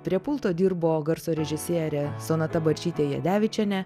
prie pulto dirbo garso režisierė sonata barčytė jadevičienė